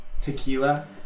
tequila